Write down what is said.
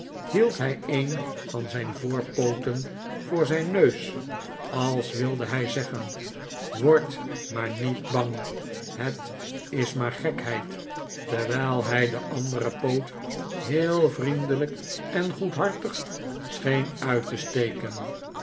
hield hij een van zijn voorpooten voor zijn neus als wilde hij zeggen wordt maar niet bang het is maar gekheid terwijl hij den anderen poot heel vriendelijk en goedhartig scheen uit te steken